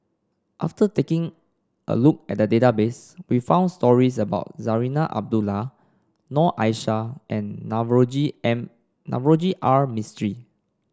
after taking a look at the database we found stories about Zarinah Abdullah Noor Aishah and Navroji and Navroji R Mistri